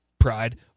pride